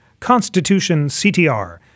constitutionctr